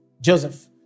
Joseph